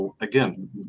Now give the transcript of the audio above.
again